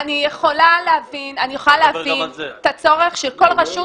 אני יכולה להבין את הצורך שכל רשות